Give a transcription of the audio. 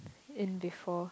in B four